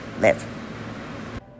live